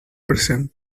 present